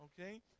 okay